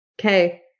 Okay